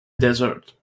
desert